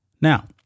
Now